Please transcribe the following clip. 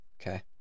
Okay